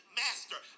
master